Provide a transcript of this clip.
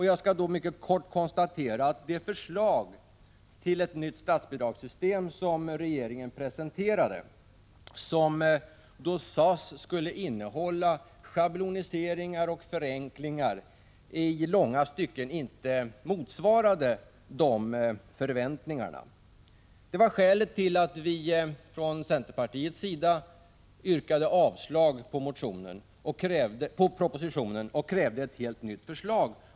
Jag skall då mycket kort konstatera att det förslag till ett nytt statsbidragssystem som regeringen presenterat, vilket enligt vad det sagts skulle innehålla schabloniseringar och förenklingar, i långa stycken inte motsvarade förväntningarna. Det var skälet till att vi från centerpartiets sida yrkade avslag på propositionen och krävde ett helt nytt förslag.